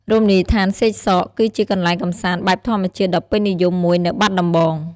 រមណីយដ្ឋានសេកសក គឺជាកន្លែងកម្សាន្តបែបធម្មជាតិដ៏ពេញនិយមមួយនៅបាត់ដំបង។